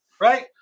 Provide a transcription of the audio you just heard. right